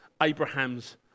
Abraham's